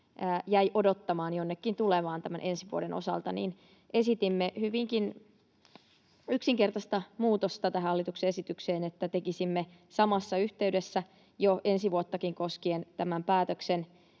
jäi odottamaan jonnekin tulevaan ensi vuoden osalta, niin esitimme sellaista hyvinkin yksinkertaista muutosta tähän hallituksen esitykseen, että tekisimme samassa yhteydessä jo ensi vuottakin koskien tämän päätöksen.